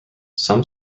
some